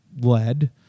led